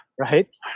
Right